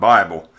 Bible